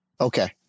Okay